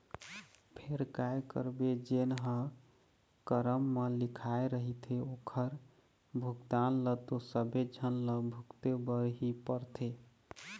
फेर काय करबे जेन ह करम म लिखाय रहिथे ओखर भुगतना ल तो सबे झन ल भुगते बर ही परथे